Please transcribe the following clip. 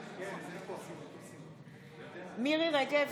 מירי מרים רגב,